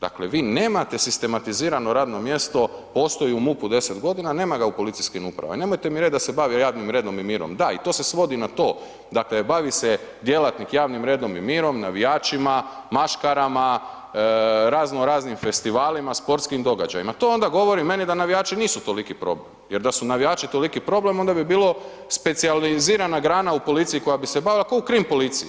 Dakle vi nemate sistematizirano radno mjesto, postoji u MUP-u a nema ga u policijskim upravama i nemojte mi reć da se bavi javnim redom i mirom, da, i to se svodi na to, dakle bavi se djelatnik javnim redom i mirom, navijačima, maškarama, raznoraznim festivalima, sportskim događajima, to onda govori meni da navijači nisu toliki problem jer da su navijači toliki problem onda bi bilo specijalizirana grana u policiji koja bi se bavila ko u krim policiji.